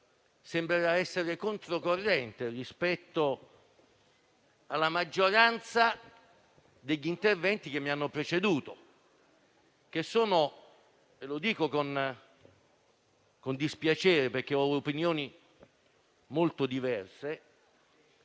sembrerà essere controcorrente rispetto alla maggioranza degli interventi che mi hanno preceduto, che sono - lo dico con dispiacere, perché ho opinioni molto diverse